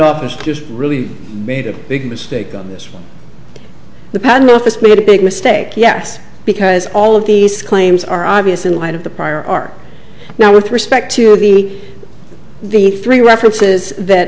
office just really made a big mistake on this the patent office made a big mistake yes because all of these claims are obvious in light of the prior are now with respect to the the three references that